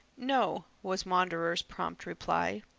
no, was wanderer's prompt reply.